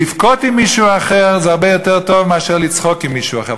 לבכות עם מישהו אחר זה הרבה יותר טוב מאשר לצחוק עם מישהו אחר.